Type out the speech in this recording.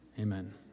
Amen